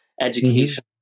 education